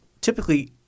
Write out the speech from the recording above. typically